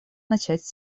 начать